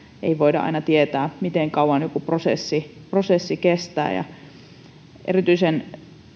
ei voida aina tietää miten kauan joku prosessi prosessi kestää erityisen